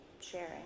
sharing